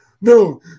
No